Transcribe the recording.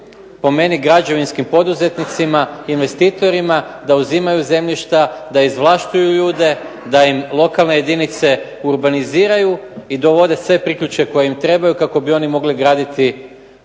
po meni građevinskim poduzetnicima, investitorima da uzimaju zemljišta, da izvlaštuju ljude, da im lokalne jedinice urbaniziraju i dovode sve priključke koji im trebaju kako bi oni mogli graditi apartmane,